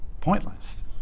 pointless